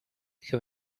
her